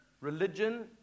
Religion